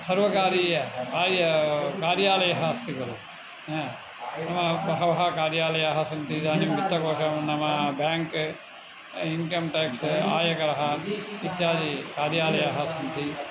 सर्वकारीयकार्यालयः अस्ति खलु नाम बहवः कार्यालयाः सन्ति इदानीं वित्तकोशं नाम बेङ्क् इन्कम् टेक्स् आयकरः इत्यादिकार्यालयाः सन्ति